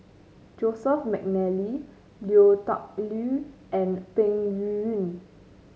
Joseph McNally Lui Tuck Yew and Peng Yuyun